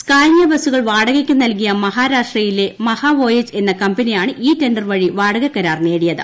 Scania ബസുകൾ വാടകയ്ക്ക് നൽകിയ മഹാരാഷ്ട്ര യിലെ മഹാവോയജ് എന്ന കമ്പനിയാണ് ഇ ടെൻഡർ വഴി വാടകക്കരാർ നേടിയത്